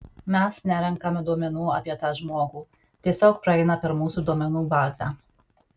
mes nerenkame duomenų apie tą žmogų tiesiog praeina per mūsų duomenų bazę